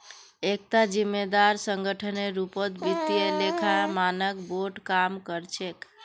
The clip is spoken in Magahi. एकता जिम्मेदार संगठनेर रूपत वित्तीय लेखा मानक बोर्ड काम कर छेक